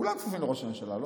כולם כפופים לראש הממשלה,